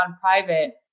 private